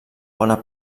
bona